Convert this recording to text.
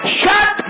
shut